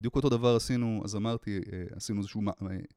בדיוק אותו דבר עשינו, אז אמרתי, אה, עשינו איזשהו מש...